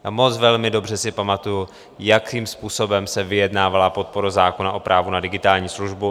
A moc velmi dobře si pamatuji, jakým způsobem se vyjednávala podpora zákona o právu na digitální službu.